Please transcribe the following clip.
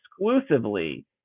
exclusively